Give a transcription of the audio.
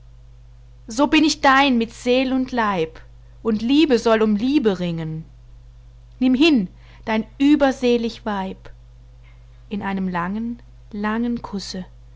so bin ich dein mit seel und leib und liebe soll um liebe ringen nimm hin dein überselig weib in einem langen langen kusse